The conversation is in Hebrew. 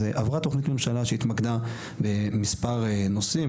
אז עברה תכנית ממשלה שהתמקדה במספר נושאים,